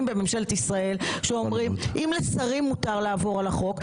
בממשלת ישראל שאומרים שאם לשרים מותר לעבור על החוק,